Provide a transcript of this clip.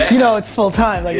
you know it's full time.